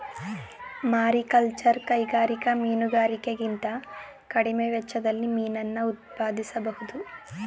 mariculture ಕೈಗಾರಿಕಾ ಮೀನುಗಾರಿಕೆಗಿಂತ ಕಡಿಮೆ ವೆಚ್ಚದಲ್ಲಿ ಮೀನನ್ನ ಉತ್ಪಾದಿಸ್ಬೋಧು